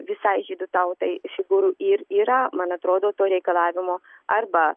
visai žydų tautai iš figurų ir yra man atrodo to reikalavimo arba